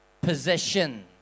possession